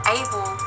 able